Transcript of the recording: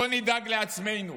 בואו נדאג לעצמנו.